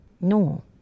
No